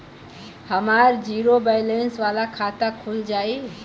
हमार zero balance वाला खाता खुल जाई?